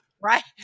Right